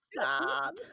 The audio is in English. Stop